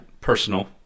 personal